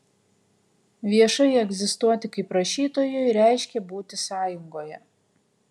viešai egzistuoti kaip rašytojui reiškė būti sąjungoje